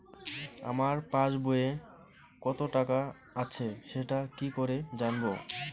আমার পাসবইয়ে কত টাকা আছে সেটা কি করে জানবো?